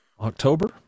October